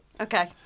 Okay